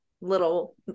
little